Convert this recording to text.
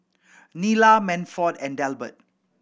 Nila Manford and Delbert